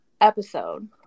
episode